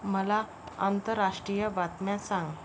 मला आंतरराष्ट्रीय बातम्या सांग